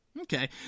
Okay